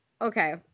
Okay